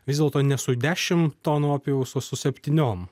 vis dėlto ne su dešimt tonų opijaus o su septyniom